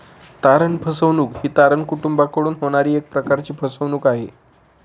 तारण फसवणूक ही तारण कुटूंबाकडून होणारी एक प्रकारची फसवणूक आहे